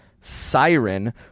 siren